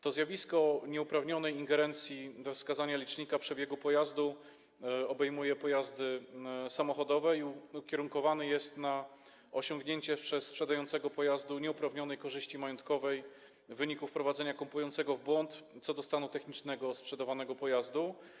To zjawisko nieuprawnionej ingerencji we wskazania licznika przebiegu pojazdu obejmuje pojazdy samochodowe i ukierunkowane jest na osiągnięcie przez sprzedającego pojazd nieuprawnionej korzyści majątkowej w wyniku wprowadzenia kupującego w błąd co do stanu technicznego sprzedawanego pojazdu.